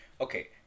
Okay